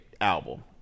album